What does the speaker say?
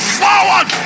forward